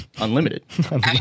unlimited